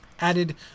Added